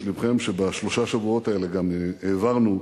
לבכם שבשלושת השבועות האלה גם העברנו,